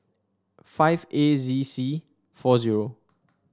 five A Z C four zero